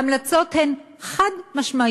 ההמלצות הן חד-משמעיות.